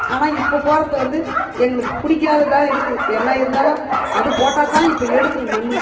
ஆனால் இப்போது போடுறது வந்து எங்களுக்கு பிடிக்காததான் இருக்குது என்ன இருந்தாலும் அது போட்டால்தான் இப்போ எடுக்குது மண்